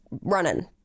running